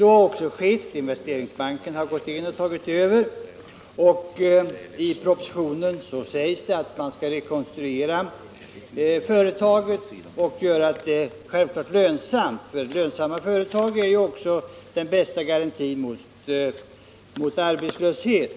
Så har också skett. Investeringsbanken har tagit över förvaltningen av företaget, och i propositionen föreslås att man skall rekonstruera företaget och självfallet göra det lönsamt — lönsarnma företag är ju den bästa garantin mot arbetslöshet.